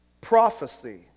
prophecy